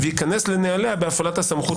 וייכנס לנעליה בהפעלת הסמכות הנתונה,